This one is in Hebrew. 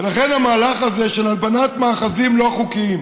ולכן המהלך הזה של הלבנת מאחזים לא חוקיים,